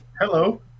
Hello